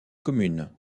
communes